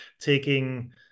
taking